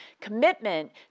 commitment